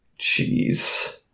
Jeez